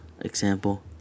example